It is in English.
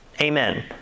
Amen